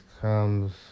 comes